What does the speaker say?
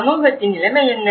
சமூகத்தின் நிலைமை என்ன